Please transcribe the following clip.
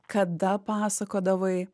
kada pasakodavai